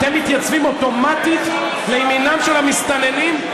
אתם מתייצבים אוטומטית לימינם של המסתננים,